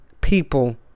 people